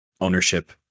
ownership